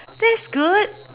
that's good